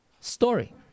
story